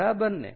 બરાબર ને